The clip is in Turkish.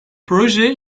proje